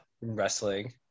Wrestling